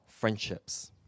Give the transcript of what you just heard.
friendships